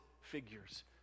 figures